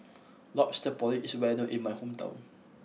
Lobster Porridge is well known in my hometown